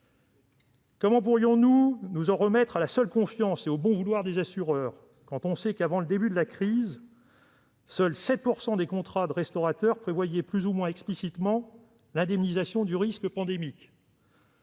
Comment pourrions-nous nous en remettre à la seule confiance et au bon vouloir des assureurs, quand on sait que, avant le début de la crise sanitaire, seuls 7 % des contrats de restaurateur prévoyaient, plus ou moins explicitement, l'indemnisation du risque pandémique ?